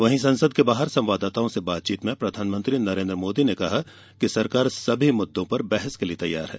वहीं संसद के बाहर संवाददाताओं से बातचीत में प्रधानमंत्री नरेन्द्र मोदी ने कहा कि सरकार सभी मुददों पर बहस के लिए तैयार है